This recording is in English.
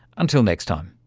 until next time